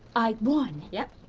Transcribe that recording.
i won? yep.